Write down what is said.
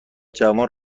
جوان